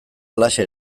halaxe